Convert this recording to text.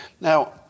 Now